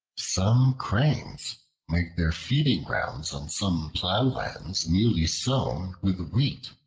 some cranes made their feeding grounds on some plowlands newly sown with wheat.